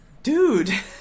Dude